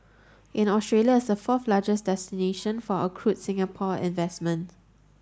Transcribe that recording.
and Australia is the fourth largest destination for accrued Singapore investment